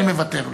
אני מוותר לו.